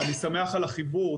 אני שמח על החיבור.